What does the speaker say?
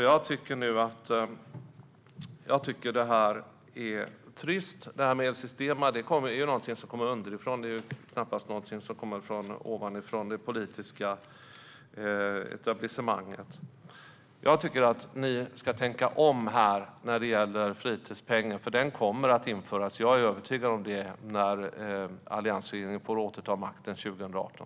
Jag tycker att det är trist. Det här med El Sistema är något som kommer underifrån. Det är knappast något som kommer från det politiska etablissemanget. Jag tycker att ni ska tänka om när det gäller fritidspengen, för den kommer att återinföras - jag är övertygad om det - när alliansregeringen får återta makten 2018.